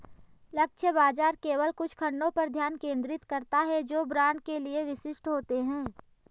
लक्ष्य बाजार केवल कुछ खंडों पर ध्यान केंद्रित करता है जो ब्रांड के लिए विशिष्ट होते हैं